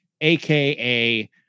aka